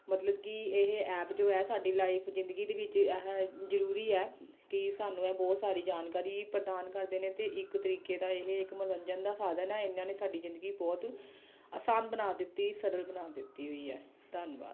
ਮਤਲਬ ਕਿ ਇਹ ਐਪ ਜੋ ਹੈ ਸਾਡੀ ਲਾਈਫ ਜ਼ਿੰਦਗੀ ਦੇ ਵਿੱਚ ਇਹ ਜ਼ਰੂਰੀ ਹੈ ਕਿ ਸਾਨੂੰ ਇਹ ਬਹੁਤ ਸਾਰੀ ਜਾਣਕਾਰੀ ਵੀ ਪ੍ਰਦਾਨ ਕਰਦੇ ਨੇ ਅਤੇ ਇੱਕ ਤਰੀਕੇ ਦਾ ਇਹ ਇੱਕ ਮਨੋਰੰਜਨ ਦਾ ਸਾਧਨ ਆ ਇਹਨਾਂ ਨੇ ਸਾਡੀ ਜ਼ਿੰਦਗੀ ਬਹੁਤ ਆਸਾਨ ਬਣਾ ਦਿੱਤੀ ਸਰਲ ਬਣਾ ਦਿੱਤੀ ਹੋਈ ਆ ਧੰਨਵਾਦ